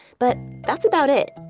but that's about it